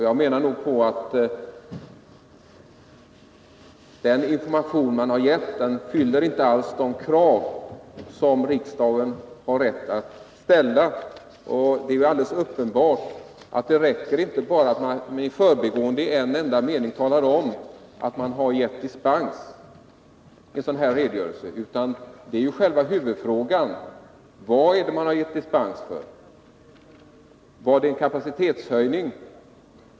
Jag menar att den information som lämnats inte alls uppfyller de krav som riksdagen har rätt att ställa. När det gäller en redogörelse av det här slaget är det alldeles uppenbart att det inte räcker med att man i förbigående, i en enda mening, talar om att man har gett dispens. Huvudfrågan är nämligen: För vad har man gett dispens? Var det fråga om en kapacitetshöjning?